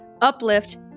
uplift